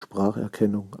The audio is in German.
spracherkennung